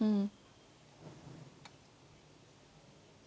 mm